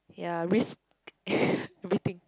ya risk everything